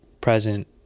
present